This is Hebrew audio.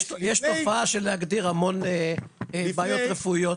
יש תופעה של להגדיר המון בעיות רפואיות.